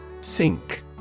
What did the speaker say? Sink